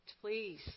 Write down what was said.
please